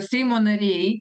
seimo nariai